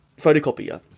photocopier